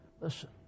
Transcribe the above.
Listen